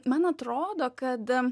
man atrodo kad